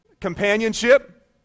companionship